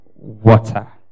water